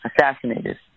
assassinated